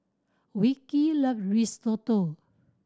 Vickey loves Risotto